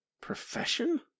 profession